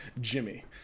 Jimmy